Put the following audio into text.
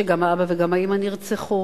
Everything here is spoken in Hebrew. שגם האבא וגם האמא נרצחו.